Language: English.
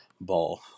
ball